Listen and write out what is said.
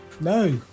No